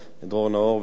דרור נאור ואורי חונה.